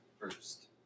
first